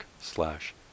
slash